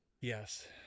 Yes